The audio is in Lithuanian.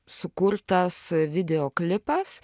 sukurtas video klipas